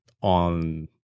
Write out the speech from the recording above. on